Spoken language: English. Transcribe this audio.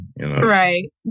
Right